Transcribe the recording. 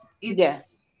Yes